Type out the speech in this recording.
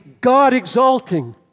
God-exalting